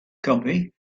copy